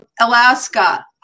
Alaska